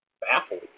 baffled